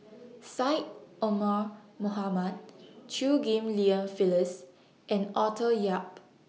Syed Omar Mohamed Chew Ghim Lian Phyllis and Arthur Yap